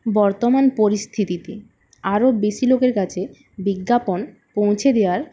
বর্তমান পরিস্থিতিতে আরও বেশি লোকের কাছে বিজ্ঞাপন পৌঁছে দেওয়ার